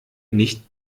nicht